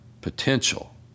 potential